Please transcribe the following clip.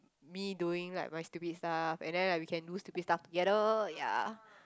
me doing like my stupid stuff and then like we can do stupid stuff together ya